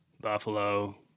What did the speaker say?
buffalo